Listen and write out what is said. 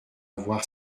avoir